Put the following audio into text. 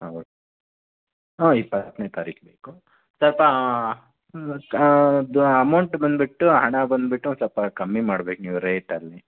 ಹಾಂ ಓಕೆ ಹಾಂ ಇಪ್ಪತ್ತನೇ ತಾರೀಕು ಬೇಕು ಸ್ವಲ್ಪ ಅದು ಅಮೌಂಟ್ ಬಂದುಬಿಟ್ಟು ಹಣ ಬಂದುಬಿಟ್ಟು ಸ್ವಲ್ಪ ಕಮ್ಮಿ ಮಾಡ್ಬೇಕು ನೀವು ರೇಟಲ್ಲಿ